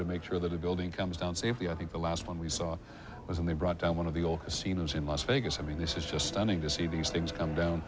to make sure that a building comes down safely i think the last one we saw was when they brought down one of the old seaman's in las vegas i mean this is just stunning to see these things come down